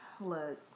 Look